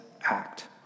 act